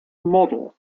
model